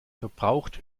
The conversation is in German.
verbraucht